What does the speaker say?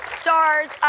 stars